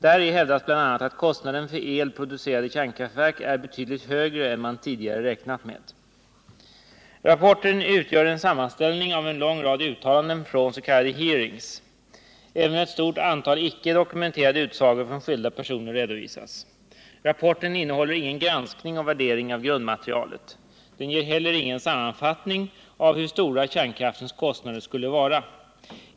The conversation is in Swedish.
Däri hävdas bl.a. att kostnaden för el producerad i kärnkraftverk är betydligt högre än man tidigare räknat med. Rapporten utgör en sammanställning av en lång rad uttalanden från s.k. hearings. Även ett stort antal icke dokumenterade utsagor från skilda personer redovisas. Rapporten innehåller ingen granskning eller värdering av grundmaterialet. Den ger heller ingen sammanfattning av hur stora kärnkraftens kostnader skulle vara.